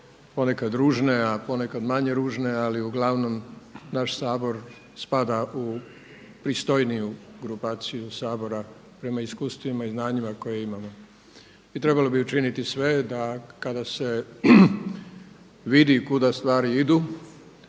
ponekad ružne, a ponekad manje ružne ali uglavnom naš Sabor spada u pristojniju grupaciju Sabora prema iskustvima i znanjima koje imamo. I trebalo bi učiniti sve da kada se vidi kuda stvari idu,